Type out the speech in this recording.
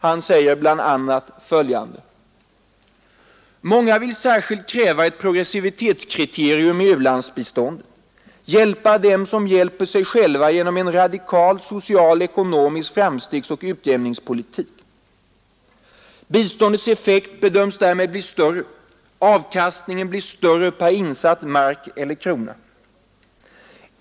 Han säger bl.a. följande: ”Många vill särskilt kräva ett progressivitetskriterium i u-landsbiståndet, hjälpa dem som hjälper sig själva genom en radikal social och ekonomisk framstegsoch utjämningspolitik. Biståndets effekt bedöms därmed bli större, avkastningen blir större per insatt mark eller krona.